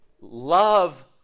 love